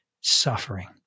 suffering